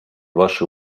ваши